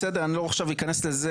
בסדר אני לא אכנס לזה עכשיו,